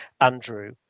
Andrew